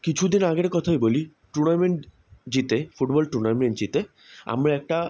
কিছু দিন আগের কথাই বলি টুর্নামেন্ট জিতে ফুটবল টুর্নামেন্ট জিতে আমরা একটা